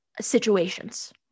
situations